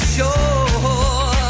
sure